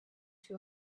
two